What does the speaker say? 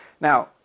Now